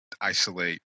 isolate